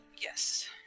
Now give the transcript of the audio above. Yes